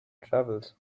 travels